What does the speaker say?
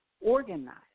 organized